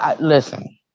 listen